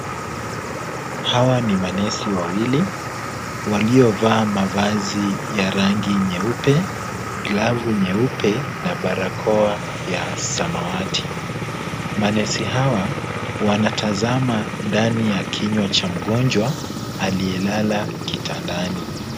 Hawa ni manesi wawili, waliovaa mavazi ya rangi nyeupe, glavu nyeupe na barakoa ya samawati. Manesi hawa wanatazama ndani ya kinywa cha mgonjwa aliyelala kitandani.